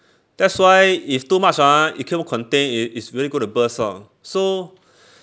that's why if too much ah you keep on contain it it's really going to burst hor so